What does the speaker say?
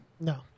No